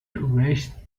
erased